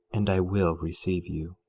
and i will receive you.